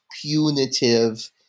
punitive